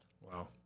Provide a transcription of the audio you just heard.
Wow